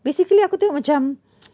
basically aku tengok macam